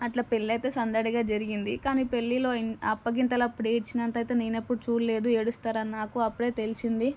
అట్లా పెళ్ళైతే సందడిగా జరిగింది కానీ పెళ్ళిలో అప్పగింతల అప్పుడు ఏడ్చినంత అయితే నేను ఎప్పుడూ చూడలేదు ఏడుస్తారని నాకు అప్పుడే తెలిసింది